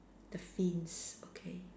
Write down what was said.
the fins okay